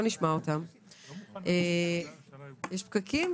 יש פקקים.